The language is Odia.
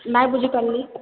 ନାଇଁ ବୁଝିପାରୁନି